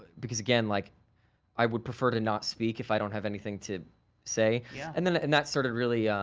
because, again, like i would prefer to not speak if i don't have anything to say. yeah. and then and that started really,